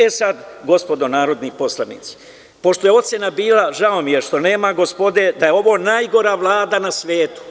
E sad, gospodo narodni poslanici, pošto je ocena bila, žao mi je što nema gospode da je ovo najgora Vlada na svetu.